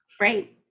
Right